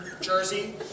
Jersey